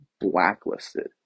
blacklisted